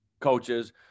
coaches